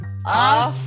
Off